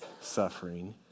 suffering